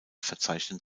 verzeichnen